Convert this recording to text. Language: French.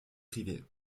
privée